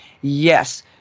yes